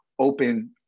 open